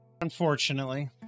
Unfortunately